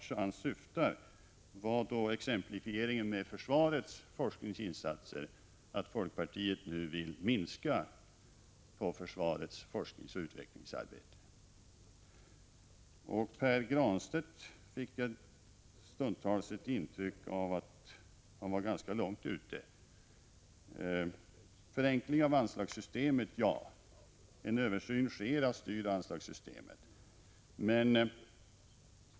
Var syftet bakom exemplifieringen med försvarets forskningsinsatser att folkpartiet nu vill minska försvarets forskningsoch utvecklingsarbete? Av Pär Granstedt fick jag stundtals intrycket att han ade ut ganska långt. Förenkling av anslagssystemet nämndes. Ja, en översyn sker av styroch anslagssystemet.